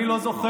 אני לא זוכר